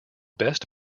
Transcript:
best